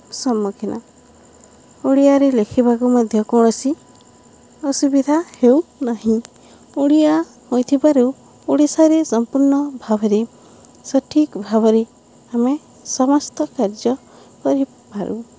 ସମ୍ମୁଖୀନ ଓଡ଼ିଆରେ ଲେଖିବାକୁ ମଧ୍ୟ କୌଣସି ଅସୁବିଧା ହେଉନାହିଁ ଓଡ଼ିଆ ହୋଇଥିବାରୁ ଓଡ଼ିଶାରେ ସମ୍ପୂର୍ଣ୍ଣ ଭାବରେ ସଠିକ୍ ଭାବରେ ଆମେ ସମସ୍ତ କାର୍ଯ୍ୟ କରିପାରୁ